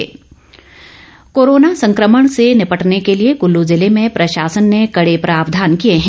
प्रावधान कोरोना संकमण से निपटने के लिए कुल्लू जिले में प्र गासन ने कड़े प्रावधान किए हैं